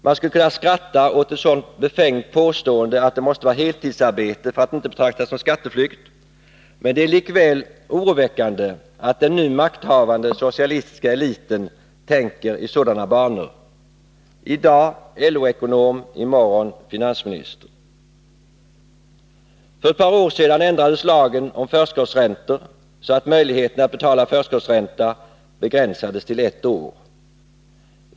Man skulle kunna skratta åt ett så befängt påstående, att det måste vara heltidsarbete för att inte betraktas som skatteflykt, men det är likväl oroväckande att den nu makthavande socialistiska eliten tänker i sådana banor. I dag LO-ekonom, i morgon finansminister. För ett par år sedan ändrades lagen om förskottsräntor, så att möjligheten att betala förskottsränta begränsades till ett år.